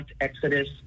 exodus